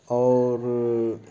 اور